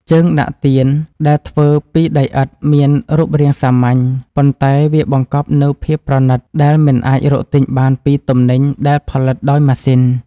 ជើងដាក់ទៀនដែលធ្វើពីដីឥដ្ឋមានរូបរាងសាមញ្ញ ប៉ុន្តែ វាបង្កប់នូវភាពប្រណីតដែលមិនអាចរកទិញបានពីទំនិញដែលផលិតដោយម៉ាស៊ីន។